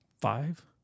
five